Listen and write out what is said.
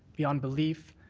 beyond belief.